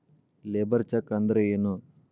Labour check ಅಂದ್ರ ಏನು?